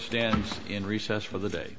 stand in recess for the day